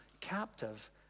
captive